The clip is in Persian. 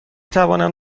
توانم